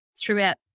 throughout